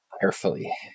carefully